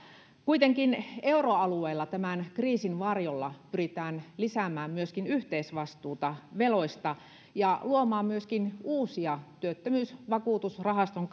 kuitenkin euroalueella tämän kriisin varjolla pyritään lisäämään myöskin yhteisvastuuta veloista ja luomaan myöskin uusia työttömyysvakuutusrahaston